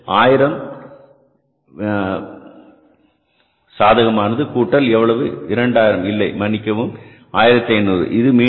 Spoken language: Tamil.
இதில் 1000 சாதகமானது கூட்டல் எவ்வளவு 2000 மன்னிக்கவும் 1500